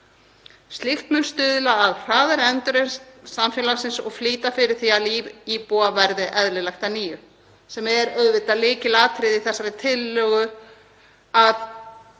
Slíkt mun stuðla að hraðari endurreisn samfélagsins og flýta fyrir því að líf íbúa verði eðlilegt að nýju.“ Það er auðvitað lykilatriði í þessari tillögu, að